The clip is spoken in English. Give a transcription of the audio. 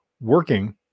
working